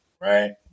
right